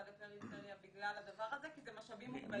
לפריפריה בגלל הדבר הזה כי אלה משאבים מוגבלים.